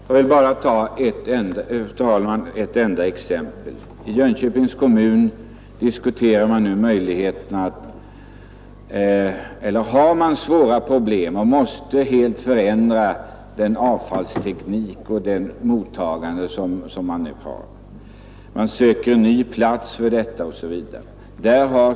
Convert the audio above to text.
Fru talman! Jag skall endast ta ett exempel. I Jönköpings kommun har man svåra problem och måste helt förändra den avfallsteknik och det mottagande av avfall som man nu har. Man söker en ny plats för avfallet osv.